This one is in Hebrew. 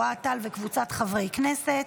אוהד טל וקבוצת חברי הכנסת,